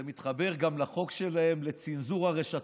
זה מתחבר גם לחוק שלהם לצנזור הרשתות,